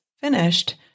finished